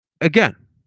again